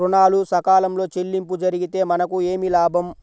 ఋణాలు సకాలంలో చెల్లింపు జరిగితే మనకు ఏమి లాభం?